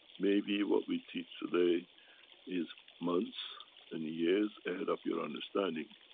maybe, what we teach today is months and years ahead of your understanding.